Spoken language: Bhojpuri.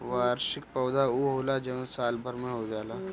वार्षिक पौधा उ होला जवन साल भर में हो जाला